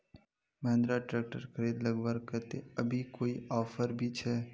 Mahindra tractor खरीद लगवार केते अभी कोई ऑफर भी छे?